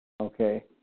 okay